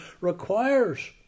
requires